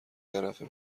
طرفه